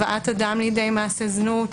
הבאת אדם לידי מעשה זנות,